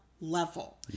Level